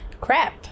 Crap